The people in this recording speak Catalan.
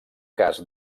cas